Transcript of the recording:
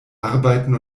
arbeiten